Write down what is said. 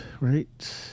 right